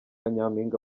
nyampinga